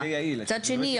מצד שני,